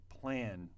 plan